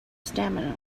stamina